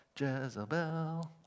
Jezebel